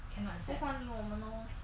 不欢迎我们 lor